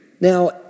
Now